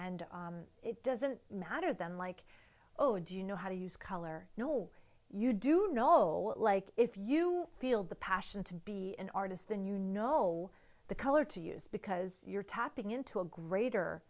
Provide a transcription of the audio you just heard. and it doesn't matter then like oh do you know how to use color you know you do know like if you feel the passion to be an artist then you know the color to use because you're tapping into a greater